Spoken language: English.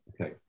Okay